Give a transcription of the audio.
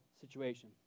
situation